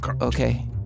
okay